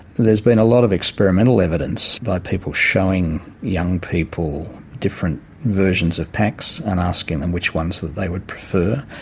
there's been a lot of experimental evidence by people showing young people different versions of packs and asking them which ones that they would prefer.